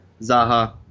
Zaha